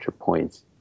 points